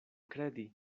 kredi